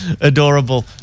Adorable